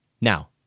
Now